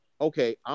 okay